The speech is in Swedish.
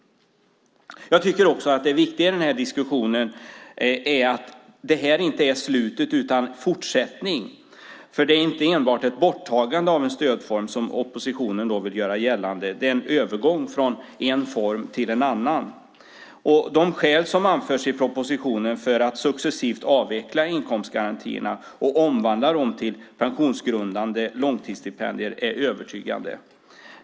Det viktiga att komma ihåg i diskussionen är att det här inte är slutet utan fortsätter. Det gäller inte enbart ett borttagande av en stödform, som oppositionen vill göra gällande, utan en övergång från en form till en annan. De skäl som anförs i propositionen för att successivt avveckla inkomstgarantierna och omvandla dem till pensionsgrundande långtidsstipendier är övertygande.